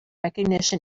recognition